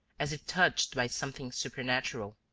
as if touched by something supernatural.